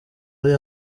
ari